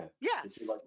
Yes